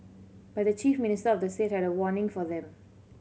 but the chief minister of the state had a warning for them